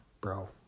bro